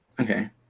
Okay